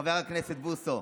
חבר הכנסת בוסו,